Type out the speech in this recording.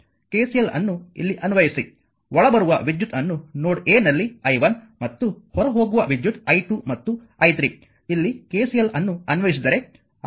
KCL ಅನ್ನು ಇಲ್ಲಿ ಅನ್ವಯಿಸಿ ಒಳಬರುವ ವಿದ್ಯುತ್ ಅನ್ನು ನೋಡ್ a ನಲ್ಲಿ i1 ಮತ್ತು ಹೊರಹೋಗುವ ವಿದ್ಯುತ್ i2 ಮತ್ತು i3 ಇಲ್ಲಿ KCL ಅನ್ನು ಅನ್ವಯಿಸಿದರೆ